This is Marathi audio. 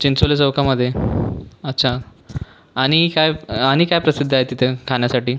चिंचोली चौकामध्ये अच्छा आणि काय आणि काय प्रसिद्ध आहे तिथे खाण्यासाठी